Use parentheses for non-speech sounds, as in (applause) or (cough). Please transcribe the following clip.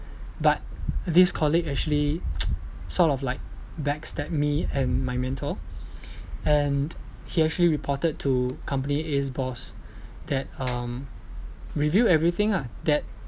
but this colleague actually (noise) sort of like backstab me and my mentor and he actually reported to company A's boss that um reveal everything ah that